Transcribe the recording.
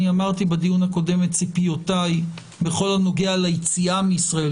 אמרתי בדיון הקודם מה ציפיותיי בכל הנוגע ליציאה מישראל,